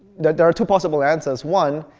that there are two possible answers. one,